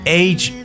age